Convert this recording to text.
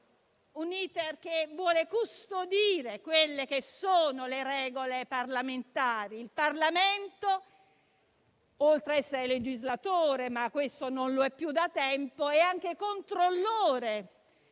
un *iter* che vuole custodire le regole parlamentari. Il Parlamento, oltre ad essere legislatore, anche se non lo è più da tempo, è anche controllore